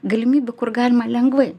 galimybių kur galima lengvai